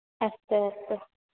अस्तु अस्तु